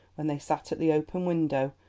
when they sat at the open window,